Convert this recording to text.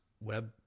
web